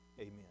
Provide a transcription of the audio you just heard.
amen